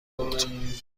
بود